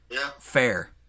fair